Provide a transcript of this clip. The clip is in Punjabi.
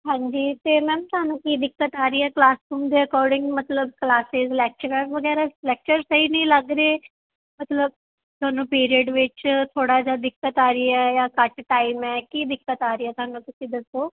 ਹਾਂਜੀ ਅਤੇ ਮੈਮ ਤੁਹਾਨੂੰ ਕੀ ਦਿੱਕਤ ਆ ਰਹੀ ਹੈ ਕਲਾਸਰੂਮ ਦੇ ਅਕੋਰਡਿੰਗ ਮਤਲਬ ਕਲਾਸਿਸ ਲੈਕਚਰਾਰ ਵਗੈਰਾ ਲੈਕਚਰ ਸਹੀ ਨਹੀਂ ਲੱਗ ਰਹੇ ਮਤਲਬ ਤੁਹਾਨੂੰ ਪੀਰੀਅਡ ਵਿੱਚ ਥੋੜ੍ਹਾ ਜਿਹਾ ਦਿੱਕਤ ਆ ਰਹੀ ਹੈ ਜਾਂ ਘੱਟ ਟਾਈਮ ਹੈ ਕੀ ਦਿੱਕਤ ਆ ਰਹੀ ਹੈ ਤਹਾਨੂੰ ਤੁਸੀਂ ਦੱਸੋ